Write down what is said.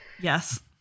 yes